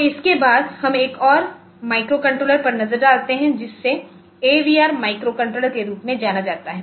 तो इसके बाद हम एक और माइक्रोकंट्रोलर पर नज़र डालते हैं जिसे एवीआर माइक्रोकंट्रोलर के रूप में जाना जाता है